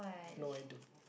no I don't